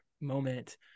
moment